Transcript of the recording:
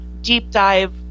deep-dive